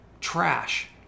trash